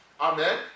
Amen